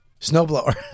snowblower